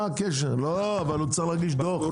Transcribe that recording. אבל הוא צריך להגיש דוח.